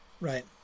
Right